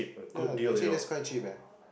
yeah actually that's quite cheap eh